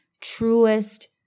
truest